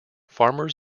farmers